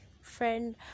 friend